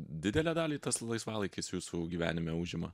didelę dalį tas laisvalaikis jūsų gyvenime užima